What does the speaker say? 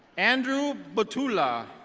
andrew but petula.